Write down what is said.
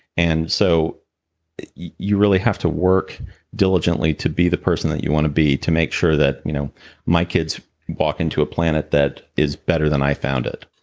and so you really have to work diligently to be the person that you want to be, to make sure that you know my kids walk into a planet that is better than i found it.